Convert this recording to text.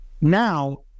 Now